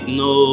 no